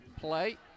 play